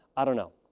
i don't know.